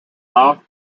lauf